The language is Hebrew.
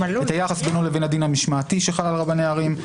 את היחס בינו לבין הדין המשמעתי שחל על רבני ערים.